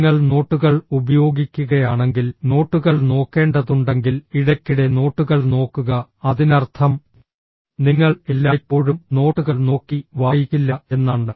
നിങ്ങൾ നോട്ടുകൾ ഉപയോഗിക്കുകയാണെങ്കിൽ നോട്ടുകൾ നോക്കേണ്ടതുണ്ടെങ്കിൽ ഇടയ്ക്കിടെ നോട്ടുകൾ നോക്കുക അതിനർത്ഥം നിങ്ങൾ എല്ലായ്പ്പോഴും നോട്ടുകൾ നോക്കി വായിക്കില്ല എന്നാണ്